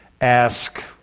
ask